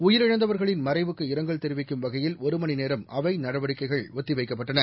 உயிரிழந்தவா்களின் மறைவுக்கு இரங்கல் தெரிவிக்கும் வகையில் ஒரு மணி நேரம் அவை நடவடிக்கைகள் ஒத்தி வைக்கப்பட்டன